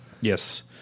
Yes